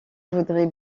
voudrais